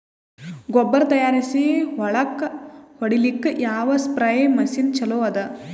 ಗೊಬ್ಬರ ತಯಾರಿಸಿ ಹೊಳ್ಳಕ ಹೊಡೇಲ್ಲಿಕ ಯಾವ ಸ್ಪ್ರಯ್ ಮಷಿನ್ ಚಲೋ ಅದ?